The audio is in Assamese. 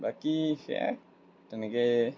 বাকী সেয়াই তেনেকৈয়ে